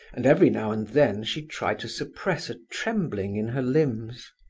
and every now and then she tried to suppress a trembling in her limbs.